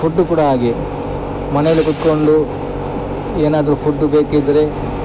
food ಕೂಡ ಹಾಗೆ ಮನೇಲೆ ಕುತ್ಕೊಂಡು ಏನಾದರು ಫುಡ್ಡು ಬೇಕಿದ್ದರೆ